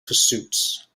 pursuits